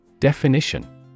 Definition